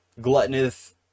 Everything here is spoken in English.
gluttonous